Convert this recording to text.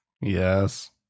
Yes